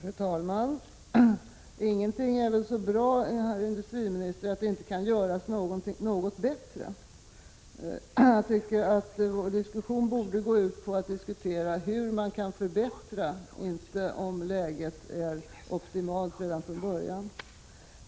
Fru talman! Ingenting är väl så bra, herr industriminister, att det inte kan göras något bättre. Jag tycker att vår diskussion borde gälla hur man kan förbättra, inte om läget är optimalt redan från början.